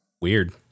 weird